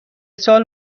سال